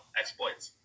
exploits